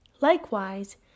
Likewise